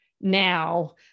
now